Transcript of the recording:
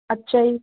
ਅੱਛਾ ਜੀ